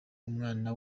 umwana